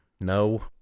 No